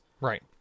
Right